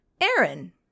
Aaron